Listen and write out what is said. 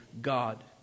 God